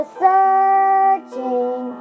searching